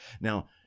Now